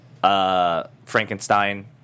Frankenstein